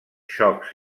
xocs